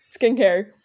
Skincare